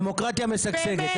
דמוקרטיה משגשגת.